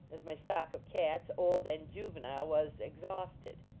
as my stock of cats, old and juvenile, was exhausted.